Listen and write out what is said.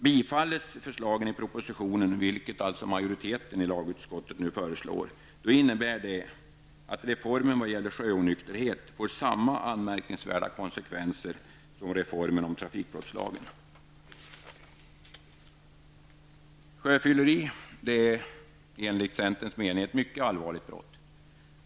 Om förslagen i propositionen bifalls, vilket majoriteten i lagutskottet föreslår, innebär det att reformen när det gäller sjöonykterhet får samma anmärkningsvärda konsekvenser som reformen beträffande trafikbrottslagen. Sjöfylleri är enligt centerns mening ett mycket allvarligt brott.